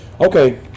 Okay